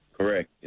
Correct